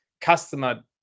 customer